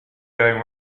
going